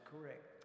correct